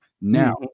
Now